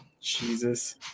Jesus